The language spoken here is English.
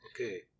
okay